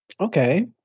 Okay